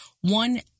one